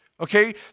Okay